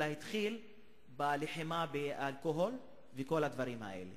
אלא התחיל בלחימה באלכוהול ובכל הדברים האלה.